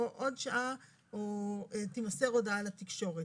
או תימסר הודעה לתקשורת.